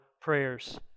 prayers